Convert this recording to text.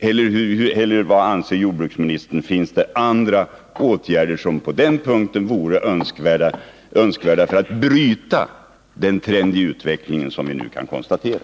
Eller anser jordbruksministern att det finns andra åtgärder som på den punkten vore önskvärda för att bryta den trend i utvecklingen som vi nu kan konstatera?